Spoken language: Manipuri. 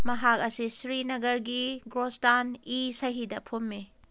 ꯃꯍꯥꯛ ꯑꯁꯤ ꯁ꯭ꯔꯤꯅꯒꯔꯒꯤ ꯒꯣꯔꯁꯇꯥꯟ ꯏ ꯁꯍꯤꯗ ꯐꯨꯝꯃꯤ